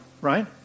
right